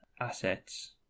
assets